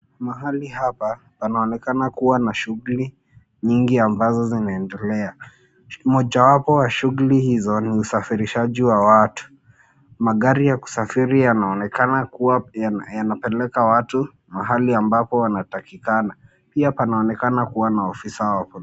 Mahali hapa panaoneka kua na shughuli nyingi ambazo zinaendelea. Moja wapo wa shughuli hizo ni usafirishaji wa watu. Magari ya kusafiri yanaonekana kua yanapeleka watu mahali ambapo wanatakikana. Pia panaoneka kua na ofisa wa polisi.